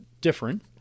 different